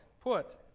put